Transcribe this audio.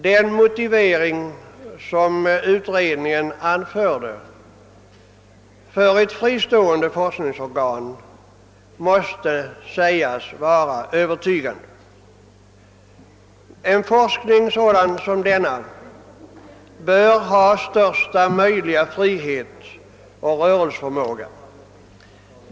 Den motivering som naturresursutredningen anförde för ett fristående forskningsorgan måste sägas vara Övertygande: en forskning av detta slag bör ha största möjliga frihet.